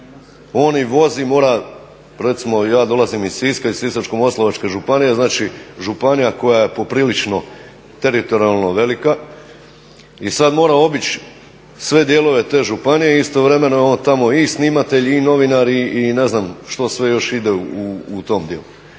praktički sve. Recimo ja dolazim iz Siska, iz Sisačko-moslavačke županije znači županija koja je poprilično teritorijalno velika i sada mora obići sve dijelove te županije i istovremeno je on tamo i snimatelj, i novinar i ne znam što sve ide u tom dijelu.